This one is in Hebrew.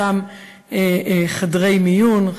אותם חדרי מיון,